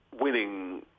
winning